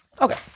Okay